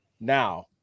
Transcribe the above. now